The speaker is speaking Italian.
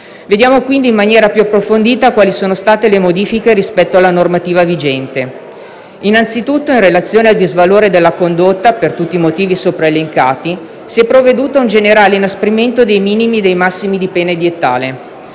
Vediamo quindi, in maniera più approfondita, quali sono state le modifiche rispetto alla normativa vigente. Innanzitutto, in relazione al disvalore della condotta, per tutti i motivi sopra elencati, si è provveduto ad un generale inasprimento dei minimi e dei massimi di pena edittale.